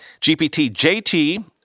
GPT-JT